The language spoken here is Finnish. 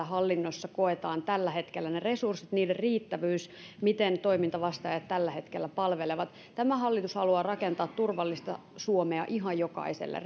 hallinnossa koetaan tällä hetkellä resurssit niiden riittävyys ja se miten toimintavasteajat tällä hetkellä palvelevat tämä hallitus haluaa rakentaa turvallista suomea ihan jokaiselle